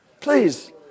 Please